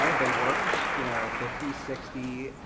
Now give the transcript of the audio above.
so they worked you know fifty, sixty,